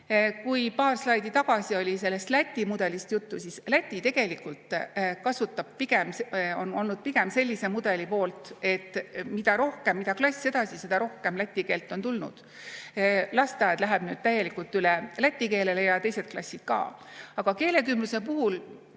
Kui paar slaidi tagasi oli juttu sellest Läti mudelist, siis Läti tegelikult on olnud pigem sellise mudeli poolt, et mida klass edasi, seda rohkem läti keelt on tulnud. Lasteaed läheb nüüd täielikult üle läti keelele ja teised klassid ka. Aga keelekümbluse puhul: